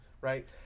right